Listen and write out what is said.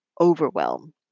overwhelm